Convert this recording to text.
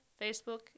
Facebook